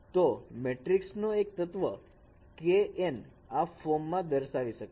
તો મેટ્રિક્સનો એક તત્વ kn આ ફોર્મ માં દર્શાવી શકાય છે